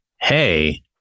hey